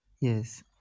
yes